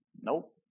Nope